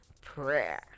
prayer